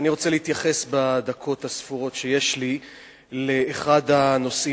אני רוצה להתייחס בדקות הספורות שיש לי לאחד הנושאים